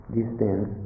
distance